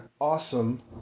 awesome